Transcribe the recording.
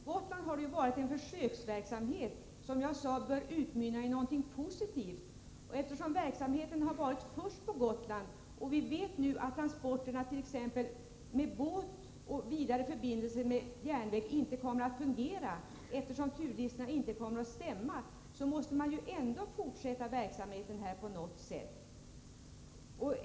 Herr talman! Jag tycker precis detsamma. Det har varit en försöksverksamhet på Gotland, vilken som jag sade bör utmynna i någonting positivt. Eftersom verksamheten har prövats först på Gotland och vi nu vet att transporterna med t.ex. båt och vidare förbindelse med järnväg inte kommer att fungera, eftersom turlistorna inte kommer att stämma, måste verksamheten ändå fortsättas på något sätt.